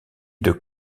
deux